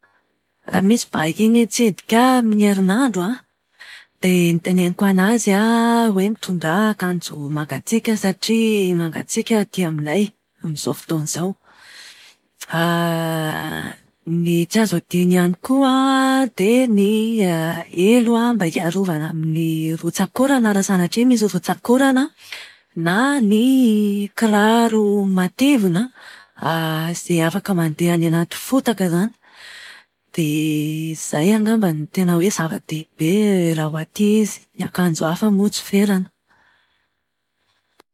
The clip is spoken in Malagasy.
Raha misy vahiny hitsidika ahy amin'ny herinandro an, dia ny teneniko anazy an hoe mitondra akanjo mangatsiaka satria mangatsiaka aty aminay satria mangatsiaka aty aminay amin'izao fotoana izao. Ny tsy azo adino ihany koa an dia ny elo an, mba hiarovana amin'ny rotsak'orana raha sanatria misy rotsak'orana na ny kiraro matevina izay afaka mandeha any anaty fotaka izany. Dia izay angamba ny tena hoe zava-dehibe raha ho aty izy. Ny akanjo hafa moa tsy ferana.